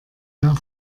mehr